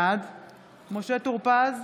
בעד משה טור פז,